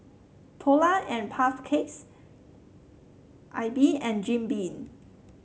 Polar and Puff Cakes AIBI and Jim Beam